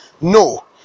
No